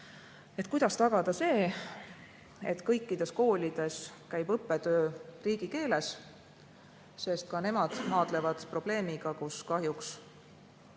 kuidas tagada see, et kõikides koolides käib õppetöö riigikeeles. Ka nemad maadlevad probleemiga, et põhikool